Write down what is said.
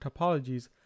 topologies